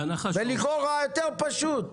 ולכאורה, יותר פשוט.